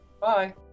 Bye